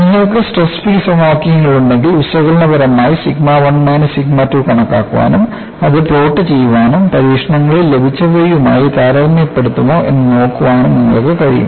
നിങ്ങൾക്ക് stress field സമവാക്യങ്ങൾ ഉണ്ടെങ്കിൽ വിശകലനപരമായി സിഗ്മ 1 മൈനസ് സിഗ്മ 2 കണക്കാക്കാനും അത് പ്ലോട്ട് ചെയ്യാനും പരീക്ഷണങ്ങളിൽ ലഭിച്ചവയുമായി താരതമ്യപ്പെടുത്തുമോ എന്ന് നോക്കാനും നിങ്ങൾക്ക് കഴിയും